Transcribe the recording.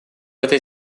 этой